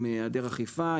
עם היעדר אכיפה,